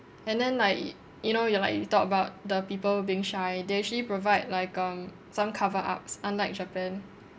and then Iike y~ you know you like you talk about the people being shy they actually provide like um some cover ups unlike japan